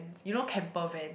you know camper van